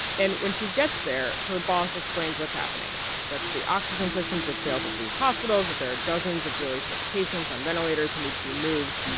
and when she gets there, her boss explains what's happening that the oxygen systems had failed at these hospitals, that there are dozens of really sick patients on ventilators who need to be moved.